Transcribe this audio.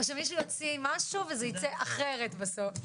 או שמישהו יוציא משהו וזה ייצא אחרת בסוף,